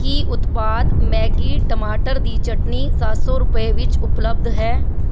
ਕੀ ਉਤਪਾਦ ਮੈਗੀ ਟਮਾਟਰ ਦੀ ਚਟਨੀ ਸੱਤ ਸੌ ਰੁਪਏ ਵਿੱਚ ਉਪਲੱਬਧ ਹੈ